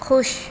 خوش